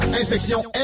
Inspection